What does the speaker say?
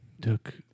took